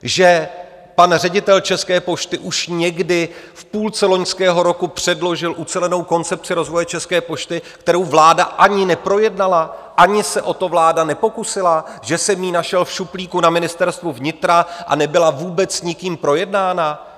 Že pan ředitel České pošty už někdy v půlce loňského roku předložil ucelenou koncepci rozvoje České pošty, kterou vláda ani neprojednala, ani se o to vláda nepokusila, že jsem ji našel v šuplíku na Ministerstvu vnitra a nebyla vůbec nikým projednána?